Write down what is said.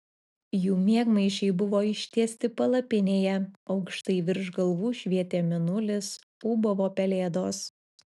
jų miegmaišiai buvo ištiesti palapinėje aukštai virš galvų švietė mėnulis ūbavo pelėdos